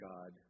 God